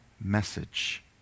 message